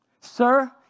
Sir